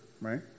right